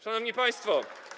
Szanowni Państwo!